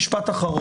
משפט אחרון.